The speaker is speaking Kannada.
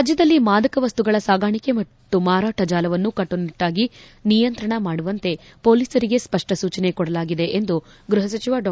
ರಾಜ್ಯದಲ್ಲಿ ಮಾದಕ ವಸ್ತುಗಳ ಸಾಗಾಣಿಕೆ ಮತ್ತು ಮಾರಾಟ ಜಾಲವನ್ನು ಕಟ್ಟುನಿಟ್ನಾಗಿ ನಿಯಂತ್ರಣ ಮಾಡುವಂತೆ ಪೊಲೀಸರಿಗೆ ಸ್ಪಷ್ಟ ಸೂಚನೆ ಕೊಡಲಾಗಿದೆ ಎಂದು ಗ್ಲಹಸಚಿವ ಡಾ